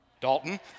Dalton